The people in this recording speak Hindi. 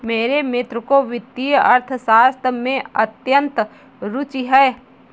मेरे मित्र को वित्तीय अर्थशास्त्र में अत्यंत रूचि है